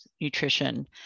nutrition